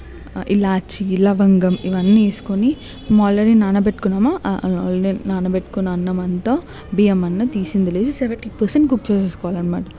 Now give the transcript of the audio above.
ఇలాచీ లవంగం ఇవన్నీ వేసుకొని మనం ఆల్రెడీ నానబెట్టుకున్నామా నానబెట్టుకున్న అన్నమంతా బియ్యం అన్నం తీసింది లేదు సెవెంటీ పర్సెంట్ కుక్ చేసుకోవాలన్నమాట